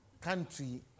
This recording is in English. country